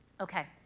Okay